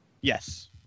yes